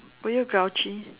were you grouchy